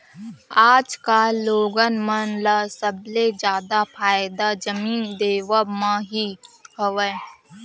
आजकल लोगन मन ल सबले जादा फायदा जमीन लेवब म ही हवय